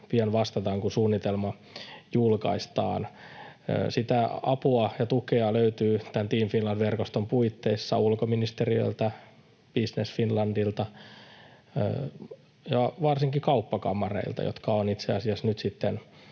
pian vastataan, kun suunnitelma julkaistaan. Sitä apua ja tukea löytyy tämän Team Finland ‑verkoston puitteissa ulkoministeriöltä, Business Finlandilta ja varsinkin kauppakamareilta, jotka ovat itse asiassa